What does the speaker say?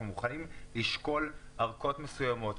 אנחנו מוכנים לשקול ארכות מסוימות.